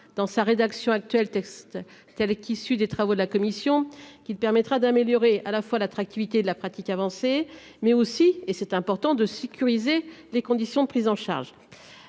dans sa rédaction actuelle texte telle qu'issue des travaux de la commission qu'il permettra d'améliorer à la fois l'attractivité de la pratique avancée mais aussi et c'est important de sécuriser les conditions de prise en charge.